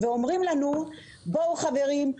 ואומרים לנו: חברים,